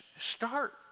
start